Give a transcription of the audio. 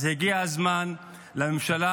אז הגיע הזמן שהממשלה